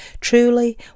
Truly